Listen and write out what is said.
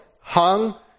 hung